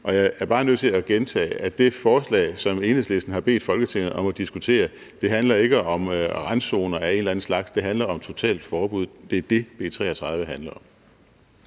Og jeg er bare nødt til at gentage, at det forslag, som Enhedslisten har bedt Folketinget om at diskutere, ikke handler om randzoner af en eller anden slags – det handler om et totalforbud. Det er det, B 33 handler om.